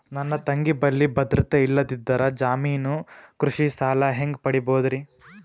ನನ್ನ ತಂಗಿ ಬಲ್ಲಿ ಭದ್ರತೆ ಇಲ್ಲದಿದ್ದರ, ಜಾಮೀನು ಕೃಷಿ ಸಾಲ ಹೆಂಗ ಪಡಿಬೋದರಿ?